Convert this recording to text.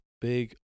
big